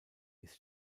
ist